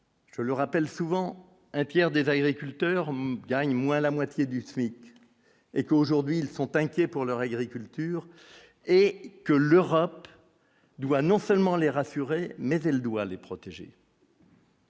Je le rappelle souvent un Pierre des agriculteurs gagnent moins la moitié du SMIC et qu'aujourd'hui ils sont inquiets pour leur et agriculture et que l'Europe doit non seulement les rassurer mais elle doit les protéger.